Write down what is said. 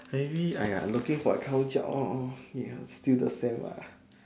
maybe !aiya! looking for account job orh orh ya still the same lah